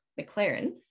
McLaren